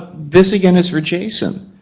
this again is for jason,